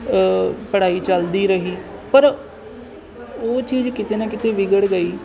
ਪੜ੍ਹਾਈ ਚਲਦੀ ਰਹੀ ਪਰ ਉਹ ਚੀਜ਼ ਕਿਤੇ ਨਾ ਕਿਤੇ ਵਿਗੜ ਗਈ